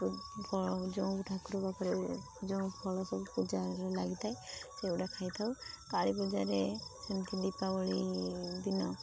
ଯେଉଁ ଠାକୁର ଯେଉଁ ଫଳ ସବୁ ପୂଜା ଲାଗିଥାଏ ସେଇଗୁଡ଼ା ଖାଇଥାଉ କାଳୀ ପୂଜାରେ ସେମିତି ଦୀପାବଳି ଦିନ